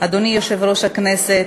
אדוני יושב-ראש הכנסת,